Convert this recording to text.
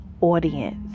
audience